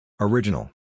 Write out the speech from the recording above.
Original